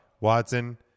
Watson